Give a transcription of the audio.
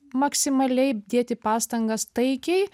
maksimaliai dėti pastangas taikiai